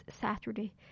Saturday